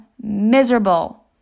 miserable